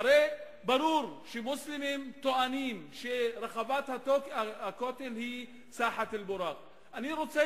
הרי ברור שמוסלמים טוענים שרחבת הכותל היא "סאחת אל-בוראק"; אני רוצה